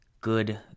good